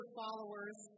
followers